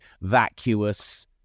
vacuous